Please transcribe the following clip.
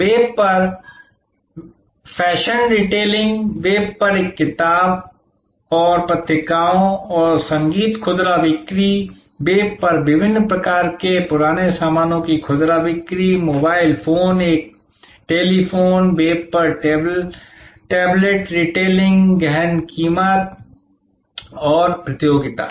तो वेब पर fashion retailing web पर एक किताबों और पत्रिकाओं और संगीत खुदरा बिक्री वेब पर विभिन्न प्रकार के पुराने सामानों की खुदरा बिक्री मोबाइल फोन एक टेलीफोन वेब पर टैबलेट रिटेलिंग गहन कीमत प्रतियोगिता